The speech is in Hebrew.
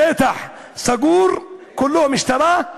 שטח סגור, כולו משטרה.